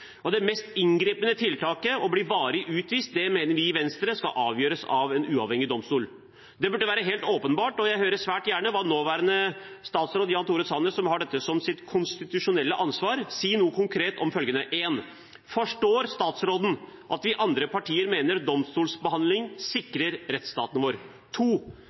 rettsstaten. Det mest inngripende tiltaket, å bli varig utvist, mener vi i Venstre skal avgjøres av en uavhengig domstol. Det burde være helt åpenbart. Jeg hører svært gjerne nåværende statsråd Jan Tore Sanner, som har dette som sitt konstitusjonelle ansvar, si noe konkret om følgende: Forstår statsråden at vi andre partier mener domstolsbehandling sikrer rettsstaten vår?